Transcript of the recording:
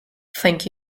thank